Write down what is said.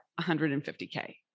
150K